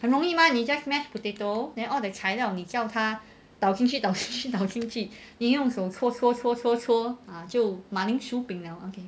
很容易吗你 just mash potato then all 的材料你叫他倒进去倒进去倒进去你用手搓搓搓搓搓就马铃薯饼 liao okay